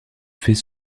fait